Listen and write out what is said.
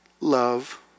love